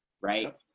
right